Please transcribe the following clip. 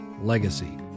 LEGACY